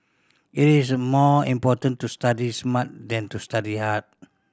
it is more important to study smart than to study hard